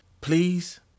please